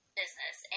business